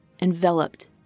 enveloped